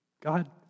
God